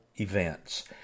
events